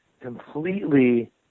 Completely